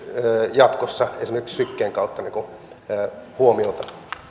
jatkossa esimerkiksi sykkeen kautta huomiota